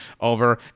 over